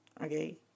Okay